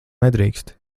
nedrīkst